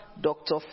Dr